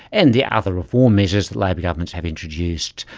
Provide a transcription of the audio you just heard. and the other reform measures labor governments have introduced,